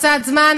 קצת זמן.